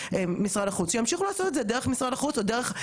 האגף להסכמים בילטרליים ברשות האוכלוסין,